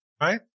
Right